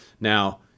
Now